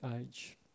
age